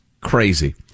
crazy